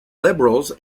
liberals